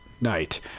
night